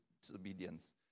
disobedience